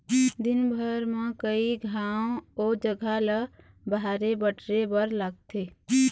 दिनभर म कइ घांव ओ जघा ल बाहरे बटरे बर लागथे